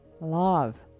love